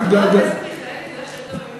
חבר הכנסת מיכאלי,